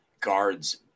guards